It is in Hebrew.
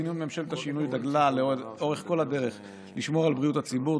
מדיניות ממשלת השינוי דגלה לאורך כל הדרך לשמור על בריאות הציבור,